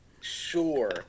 Sure